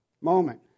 moment